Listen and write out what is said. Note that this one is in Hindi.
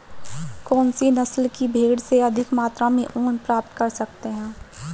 कौनसी नस्ल की भेड़ से अधिक मात्रा में ऊन प्राप्त कर सकते हैं?